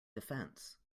defense